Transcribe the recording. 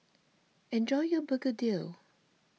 enjoy your Begedil